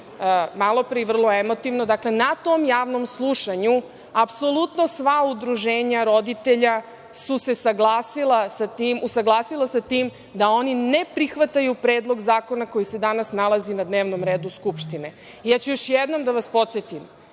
malopre i vrlo emotivno. Dakle, na tom javnom slušanju apsolutno sva udruženja roditelja su se usaglasila sa tim da oni ne prihvataju predlog zakona koji se danas nalazi na dnevnom redu Skupštine. Još jednom ću da vas podsetim,